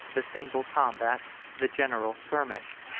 the single combats, the general skirmish,